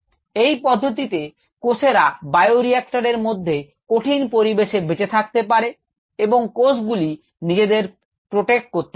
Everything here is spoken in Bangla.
এই পদ্ধতিতে কোষেরা বায়ো রিএক্টরের মধ্যে কঠিন পরিবেশ থেকে বেঁচে থাকতে পারে এবং কোষগুলি নিজেদেরকে প্রটেক্ট করতে পারে